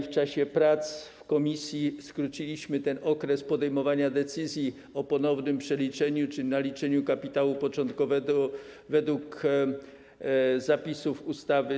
W czasie prac w komisji skróciliśmy ten okres podejmowania decyzji o ponownym przeliczeniu czy naliczeniu kapitału początkowego według zapisów ustawy.